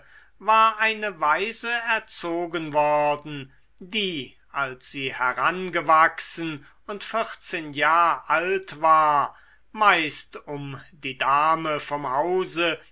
war eine waise erzogen worden die als sie herangewachsen und vierzehn jahr alt war meist um die dame vom hause